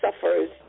suffers